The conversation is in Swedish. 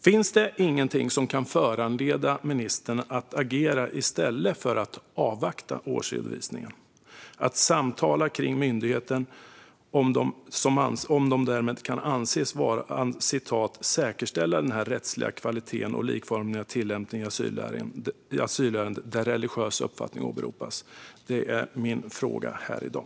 Finns det ingenting som kan föranleda ministern att agera i stället för att avvakta årsredovisningen och att samtala om myndigheten och huruvida den kan anses kunna säkerställa den rättsliga kvaliteten och likformiga tillämpningen i asylärenden där religiös uppfattning åberopas? Detta är min fråga här i dag.